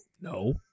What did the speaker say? No